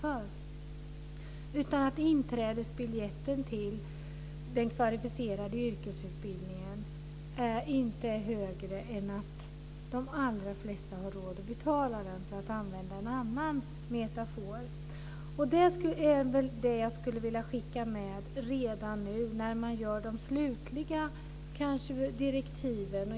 Priset på inträdesbiljetten till den kvalificerade yrkesutbildningen får inte bli högre än att de allra flesta har råd att betala den, för att använda en annan metafor. Detta skulle jag vilja skicka med redan nu när man kanske gör de slutliga direktiven.